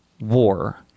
war